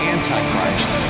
Antichrist